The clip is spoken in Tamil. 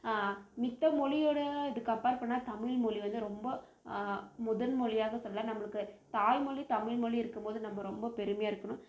மத்த மொழியோட இது கம்பேர் பண்ணிணா தமிழ்மொழி வந்து ரொம்ப முதன் மொழியாக சொல்லலாம் நம்மளுக்கு தாய்மொழி தமிழ்மொழி இருக்கும்போது நம்ம ரொம்ப பெருமையா இருக்கணும்